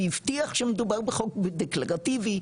הוא הבטיח שמדובר בחוק בדרך טבעית,